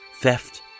theft